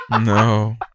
No